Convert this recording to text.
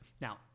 Now